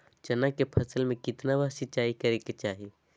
चना के फसल में कितना बार सिंचाई करें के चाहि?